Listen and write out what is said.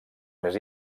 més